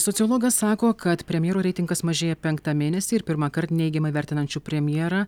sociologas sako kad premjero reitingas mažėja penktą mėnesį ir pirmąkart neigiamai vertinančių premjerą